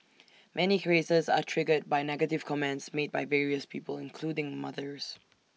many creases are triggered by negative comments made by various people including mothers